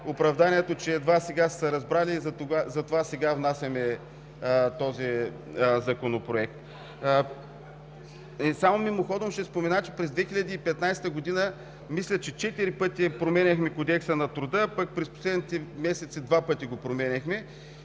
оправданието, че едва сега са се разбрали и затова сега внасяме този Законопроект. Само мимоходом ще спомена, че през 2015 г., мисля, че четири пъти променяхме Кодекса на труда, а пък през последните месеци два пъти го променяме.